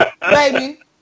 Baby